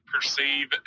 perceive